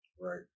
Right